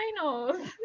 finals